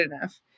enough